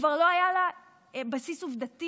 כבר לא היה לה בסיס עובדתי,